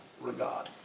regard